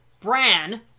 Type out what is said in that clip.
Bran